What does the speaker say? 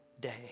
day